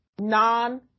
non